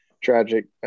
tragic